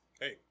Hey